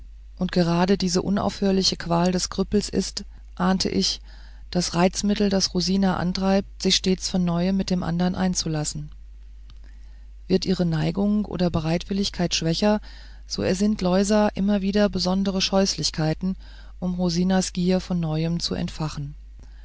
und gerade diese unaufhörliche qual des krüppels ist ahnte ich das reizmittel das rosina antreibt sich stets von neuem mit dem andern einzulassen wird ihre neigung oder bereitwilligkeit schwächer so ersinnt loisa immer wieder besondere scheußlichkeiten um rosinas gier von neuem zu entfachen